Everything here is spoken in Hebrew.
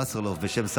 ותעבור להכנתה